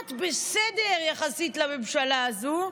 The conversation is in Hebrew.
את בסדר יחסית לממשלה הזו.